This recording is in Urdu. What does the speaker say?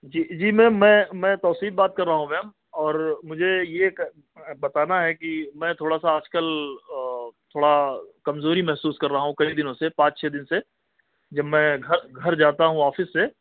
جی جی میں میں میں توصیف بات کر رہا ہوں میم اور مجھے یہ کہہ بتانا ہے کہ میں تھوڑا سا آج کل تھوڑا کمزوری محسوس کر رہا ہوں کئی دنوں سے پانچ چھ دن سے جب میں گھر گھر جاتا ہوں آفس سے